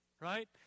Right